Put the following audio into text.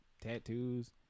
tattoos